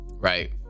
Right